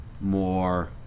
more